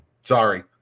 Sorry